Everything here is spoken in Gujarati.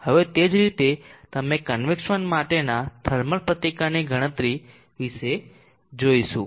હવે તે જ રીતે તમે કન્વેક્સન માટેના થર્મલ પ્રતિકારની ગણતરી વિશે જોઈશું